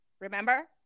Remember